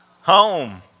home